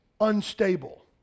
unstable